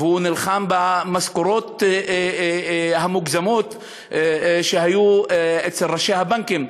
והוא נלחם במשכורות המוגזמות שהיו אצל ראשי הבנקים,